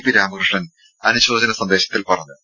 P Ramakrishnan അനുശോചന സന്ദേശത്തിൽ പറഞ്ഞു